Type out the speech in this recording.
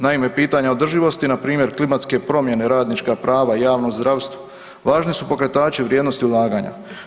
Naime, pitanja održivosti, npr. klimatske promjene, radnička prava, javno zdravstvo, važni su pokretači u vrijednosti ulaganja.